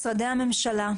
הממשלה,